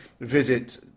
visit